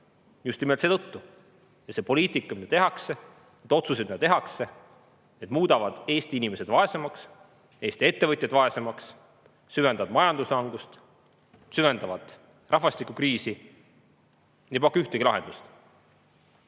just nimelt seetõttu. See poliitika, mida tehakse, need otsused, mida tehakse, muudavad Eesti inimesed vaesemaks, Eesti ettevõtjad vaesemaks, süvendavad majanduslangust, süvendavad rahvastikukriisi ega paku ühtegi lahendust.